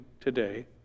today